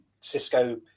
Cisco